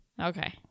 Okay